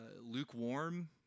lukewarm